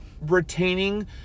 retaining